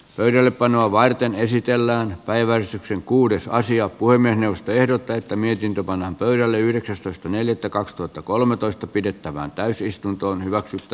pöydällepanoa varten esitellään päiväisiksi kuudessa asiaa puimme eusta ehdottaa että mietintö pannaan pöydälle yhdeksästoista neljättä kaksituhattakolmetoista pidettävään täysistuntoon hyväksytty